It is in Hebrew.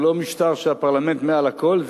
הוא לא משטר של הפרלמנט מעל לכול,